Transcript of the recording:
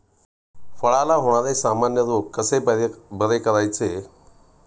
फळांला होणारे सामान्य रोग कसे बरे करायचे हे मोहितला माहीती आहे